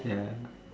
ya